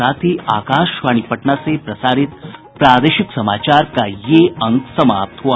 इसके साथ ही आकाशवाणी पटना से प्रसारित प्रादेशिक समाचार का ये अंक समाप्त हुआ